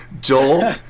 Joel